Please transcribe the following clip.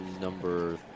number